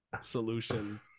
solution